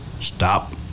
stop